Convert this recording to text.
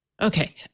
Okay